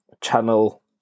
channel